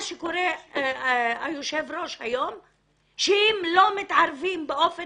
מה שקורה היום זה שאם לא מתערבים באופן